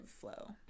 flow